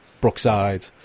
Brookside